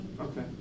Okay